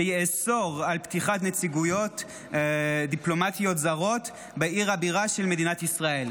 שיאסור פתיחת נציגויות דיפלומטיות זרות בעיר הבירה של מדינת ישראל.